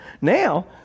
now